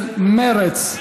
של מרצ.